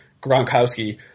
gronkowski